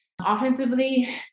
Offensively